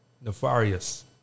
nefarious